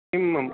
किं मम